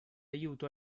aiuto